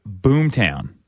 Boomtown